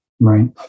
Right